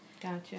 Gotcha